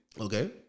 Okay